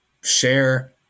share